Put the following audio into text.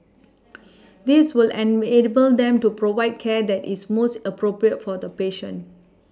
this will an enable them to provide care that is most appropriate for the patient